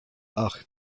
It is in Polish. ach